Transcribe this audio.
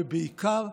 ובעיקר,